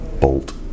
bolt